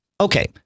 Okay